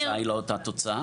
התוצאה היא לא אותה תוצאה?